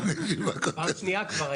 פעם שנייה כבר היום.